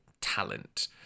talent